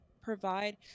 provide